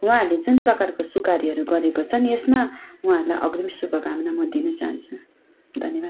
उहाँहरूले जुन प्रकरको सुकार्यहरू गरेका छन् यसमा उहाँहरूलाई अग्रिम शुभकामना म दिन चहान्छु धन्यवाद